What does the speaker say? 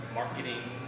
marketing